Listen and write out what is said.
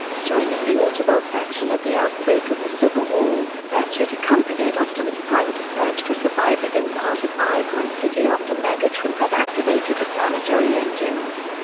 joining the autobot faction at the outbreak of the civil war, ratchet accompanied optimus prime to search for survivors in part of iacon city after megatron had activated the planetary engines.